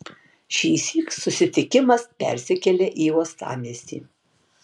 šįsyk susitikimas persikelia į uostamiestį